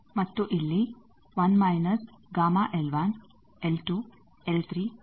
ಮತ್ತು ಇಲ್ಲಿ 1 minus L L ಇತ್ಯಾದಿಗಳಿವೆ